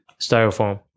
Styrofoam